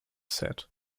said